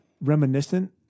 reminiscent